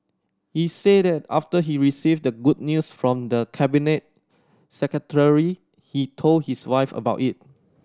he said that after he received the good news from the Cabinet Secretary he told his wife about it